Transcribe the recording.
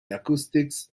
acoustics